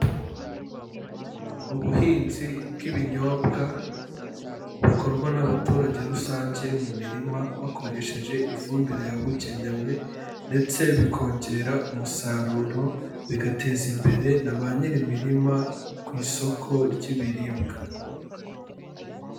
Ubuhinzi bw'ibinyobwa bukorwa n'abaturage rusange mu mirima bakoresheje ifumbire yabugenewe ndetse bikongera umusaruro, bigateza imbere na ba nyiri imirima ku isoko ry'ibiribwa.